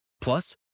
Plus